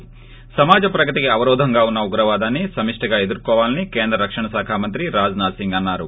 శి సమాజ ప్రగతికి అవరోధంగావున్న ఉగ్రవాదాన్ని సమిష్టిగా ఎదుర్కోవాలని కేంద్ర రక్షణ శాఖ మంత్రి రాజ్ నాద్ సింగ్ అన్నారు